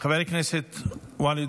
חבר הכנסת ואליד